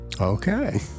Okay